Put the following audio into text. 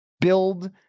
build